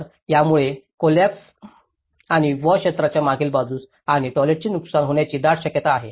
तर यामुळेही कॉलॅप्सची आणि वॉश क्षेत्राच्या मागील बाजूस आणि टॉयलेट्सचे नुकसान होण्याची दाट शक्यता आहे